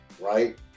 right